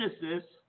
Genesis